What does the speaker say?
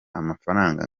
amafaranga